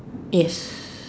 yes